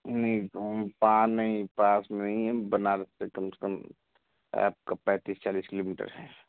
नहीं नहीं पा नहीं पास में ही बनारस से कम से कम आपका पैंतीस चालीस किलोमेटर है